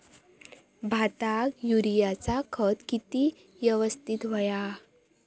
भाताक युरियाचा खत किती यवस्तित हव्या?